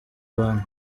abantu